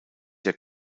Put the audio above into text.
der